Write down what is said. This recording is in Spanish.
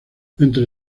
entre